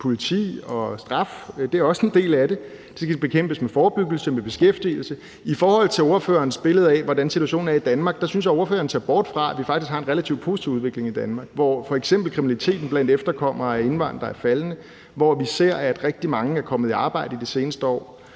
politi og straf; det er også en del af det. Det skal bekæmpes med forebyggelse og med beskæftigelse. I forhold til spørgerens billede af, hvordan situationen er i Danmark, synes jeg spørgeren ser bort fra, at vi faktisk har en relativt positiv udvikling i Danmark, hvor f.eks. kriminaliteten blandt efterkommere af indvandrere er faldende, og hvor vi ser, at rigtig mange er kommet i arbejde de seneste år.